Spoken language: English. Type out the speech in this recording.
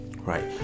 Right